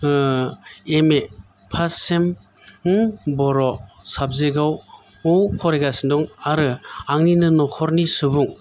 M A first sem बर' subject आव औ फरायगासिनो दं आरो आंनिनो नखरनि सुबुं